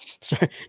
Sorry